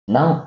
Now